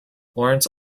lawrence